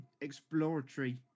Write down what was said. exploratory